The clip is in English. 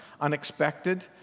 unexpected